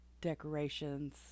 decorations